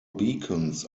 beacons